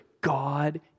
God